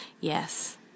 Yes